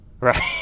right